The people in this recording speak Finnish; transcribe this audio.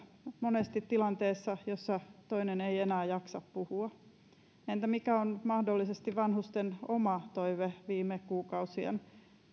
monesti tilanteessa jossa toinen ei enää jaksa puhua entä mikä on mahdollisesti vanhusten oma toive viime kuukausien